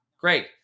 great